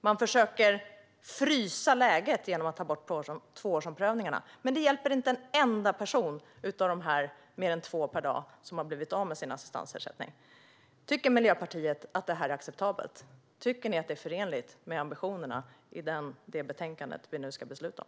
Man försöker att frysa läget genom att ta bort tvåårsomprövningarna, men det hjälper inte en enda person av de fler än två per dag som har blivit av med sin assistansersättning. Tycker Miljöpartiet att detta är acceptabelt? Tycker ni att det är förenligt med ambitionerna i det betänkande som vi nu ska besluta om?